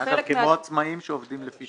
כמו עצמאים שעובדים לפי